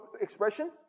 expression